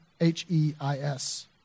H-E-I-S